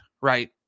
right